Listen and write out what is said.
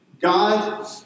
God